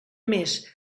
més